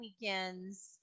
weekends